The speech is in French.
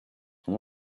son